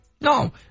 No